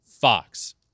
Fox